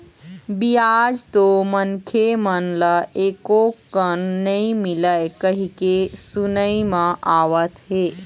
बियाज तो मनखे मन ल एको कन नइ मिलय कहिके सुनई म आवत हे